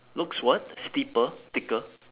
looks what steeper thicker